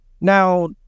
Now